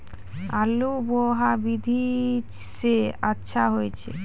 आलु बोहा विधि सै अच्छा होय छै?